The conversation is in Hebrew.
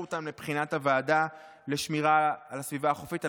אותן לבחינת הוועדה לשמירה על הסביבה החופית.